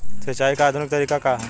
सिंचाई क आधुनिक तरीका का ह?